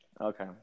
okay